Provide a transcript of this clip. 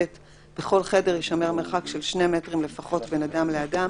בכל חדר יישמר מרחק של שני מטרים לפחות בין אדם לאדם